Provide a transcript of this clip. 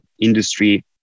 industry